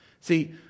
See